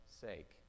sake